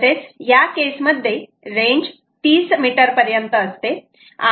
तसेच या केस मध्ये रेंज 30m पर्यंत असते